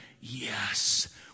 yes